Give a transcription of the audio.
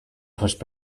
pushed